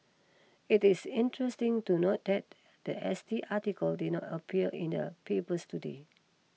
it is interesting to note that the S T article did not appear in the papers today